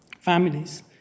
families